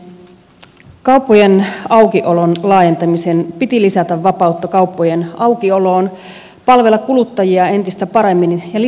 kauppojen aukiolon laajentamisen piti lisätä vapautta kauppojen aukioloon palvella kuluttajia entistä paremmin ja lisätä työllisyyttä